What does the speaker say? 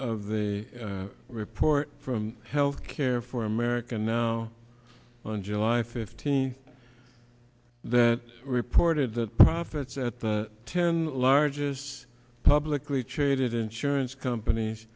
of the report from health care for america now on july fifteenth that reported that profits at the ten largest publicly traded insurance companies